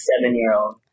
seven-year-old